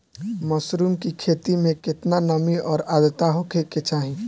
Mushroom की खेती में केतना नमी और आद्रता होखे के चाही?